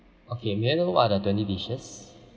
okay may I know what are the twenty dishes